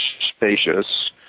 spacious